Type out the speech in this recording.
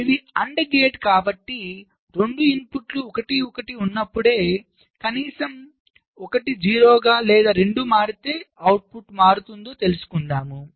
ఇవి AND gate కాబట్టి రెండు ఇన్పుట్లు 1 1 ఉన్నప్పుడా కనీసం ఒకటి 0 గా లేదా రెండూ మారితే అవుట్పుట్ మారుతుందో తెలుసుకుందాం